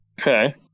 Okay